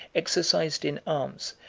exercised in arms,